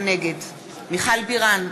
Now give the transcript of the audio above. נגד מיכל בירן,